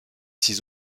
six